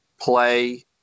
play